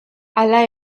hala